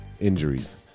injuries